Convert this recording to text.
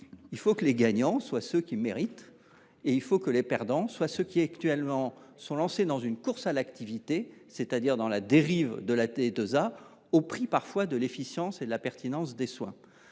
Il faut que les gagnants soient ceux qui le méritent et que les perdants soient ceux qui, actuellement, se sont lancés dans une course à l’activité, qui est une dérive de la T2A, au prix, parfois, de l’efficience et de la pertinence des soins.